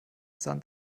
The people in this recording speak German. sand